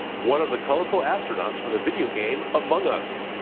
one of the colorful astronauts from the video game among us